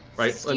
right?